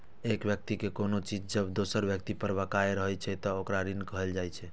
एक व्यक्ति के कोनो चीज जब दोसर व्यक्ति पर बकाया रहै छै, ते ओकरा ऋण कहल जाइ छै